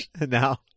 Now